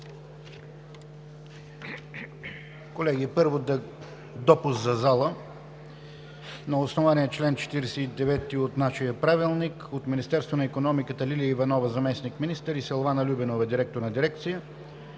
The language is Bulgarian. Колеги, първо, допуск в залата на основание чл. 49 от нашия правилник – от Министерството на икономиката: Лилия Иванова – заместник-министър, и Силвана Любенова – директор на дирекция;